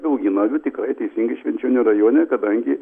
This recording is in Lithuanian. augino avių tikrai teisingai švenčionių rajone kadangi